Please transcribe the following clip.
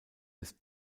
des